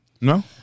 No